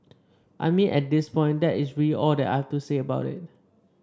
I mean at this point that is really all that I have to say about it